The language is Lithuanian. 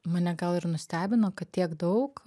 mane gal ir nustebino kad tiek daug